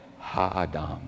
Ha'adam